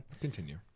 continue